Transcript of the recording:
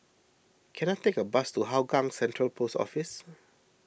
can I take a bus to Hougang Central Post Office